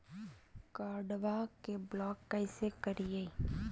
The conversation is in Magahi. कार्डबा के ब्लॉक कैसे करिए?